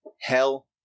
Hell